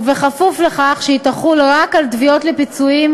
וכפוף לכך שתחול רק על תביעות לפיצויים